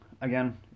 again